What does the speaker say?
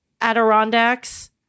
Adirondacks